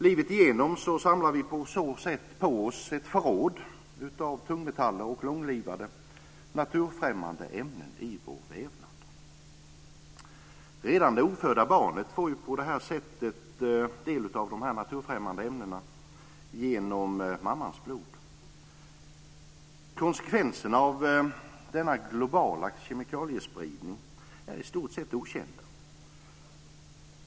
Livet igenom samlar vi på så sätt på oss ett förråd av tungmetaller och långlivade naturfrämmande ämnen i vår vävnad. Redan det ofödda barnet får del av de naturfrämmande ämnena genom mammans blod. Konsekvenserna av den globala kemikaliespridningen är i stort sett okända.